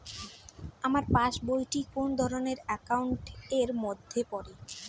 আমার পাশ বই টি কোন ধরণের একাউন্ট এর মধ্যে পড়ে?